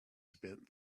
spent